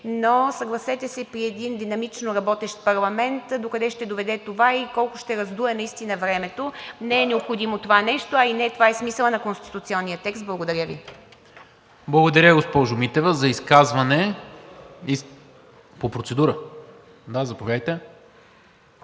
Но съгласете се, при един динамично работещ парламент докъде ще доведе това и колко ще раздуе наистина времето. Не е необходимо това нещо, а и не това е смисълът на конституционния текст. Благодаря Ви. ПРЕДСЕДАТЕЛ НИКОЛА МИНЧЕВ: Благодаря, госпожо Митева. Процедура? Да, заповядайте.